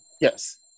Yes